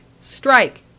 STRIKE